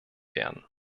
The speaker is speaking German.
werden